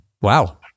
Wow